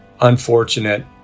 unfortunate